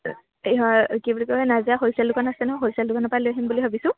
এই হয় কি বুলি কয় নাজিৰা হ'লচেল দোকান আছে নহয় হ'লচেল দোকানৰপৰাই লৈ আহিম বুলি ভাবিছোঁ